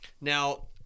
Now